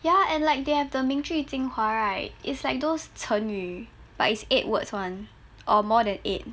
ya and like they have the 名句精华 right it's like those 成语 but it's eight words [one] or more than eight